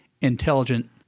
intelligent